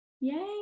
Yay